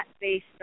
based